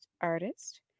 artist